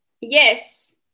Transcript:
yes